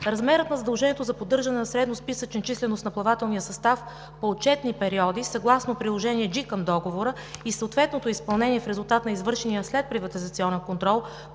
Размерът на задължението за поддържане на средносписъчна численост на плавателния състав по отчетни периоди съгласно Приложение G към Договора и съответното изпълнение в резултат на извършения следприватизационен контрол